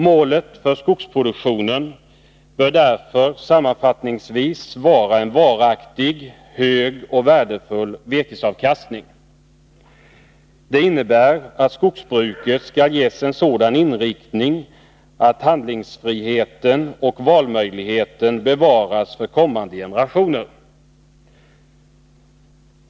Målet för skogsproduktionen bör därför sammanfattningsvis vara en varaktig, hög och värdefull virkesavkastning. Det innebär att skogsbruket skall ges en sådan inriktning att handlingsfriheten och valmöjligheterna bevaras för kommande generationer.